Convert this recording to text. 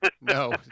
No